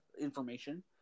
information